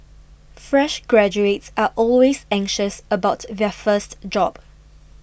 fresh graduates are always anxious about their first job